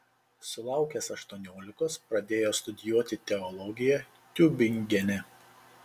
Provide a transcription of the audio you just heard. sulaukęs aštuoniolikos pradėjo studijuoti teologiją tiubingene